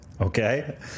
Okay